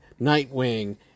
Nightwing